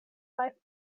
life